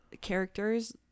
characters